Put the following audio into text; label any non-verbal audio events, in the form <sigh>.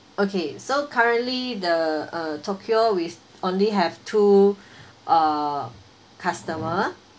okay so currently the uh tokyo we've only have two <breath> uh customer